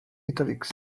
italics